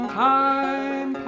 time